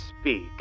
speak